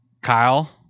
Kyle